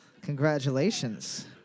Congratulations